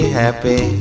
happy